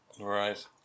Right